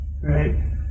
Right